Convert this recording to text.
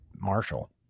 Marshall